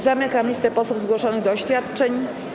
Zamykam listę posłów zgłoszonych do oświadczeń.